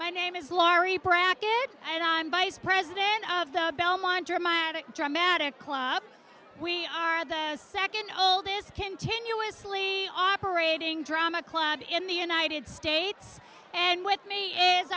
my name is laurie pratt good and i'm vice president of the belmont dramatic dramatic club we are the second oldest continuously operating drama cloud in the united states and with me is